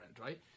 right